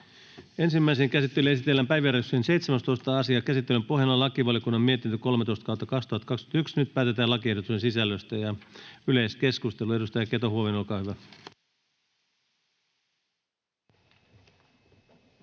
Ensimmäiseen käsittelyyn esitellään päiväjärjestyksen 21. asia. Käsittelyn pohjana on ympäristövaliokunnan mietintö YmVM 8/2021 vp. Nyt päätetään lakiehdotuksen sisällöstä. — Avaan yleiskeskustelun. Edustaja Elo, olkaa hyvä.